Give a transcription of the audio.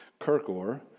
Kirkor